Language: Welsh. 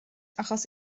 achos